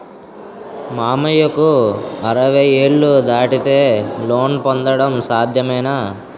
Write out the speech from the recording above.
మామయ్యకు అరవై ఏళ్లు దాటితే లోన్ పొందడం సాధ్యమేనా?